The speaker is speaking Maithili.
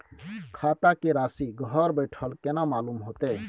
खाता के राशि घर बेठल केना मालूम होते?